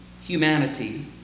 humanity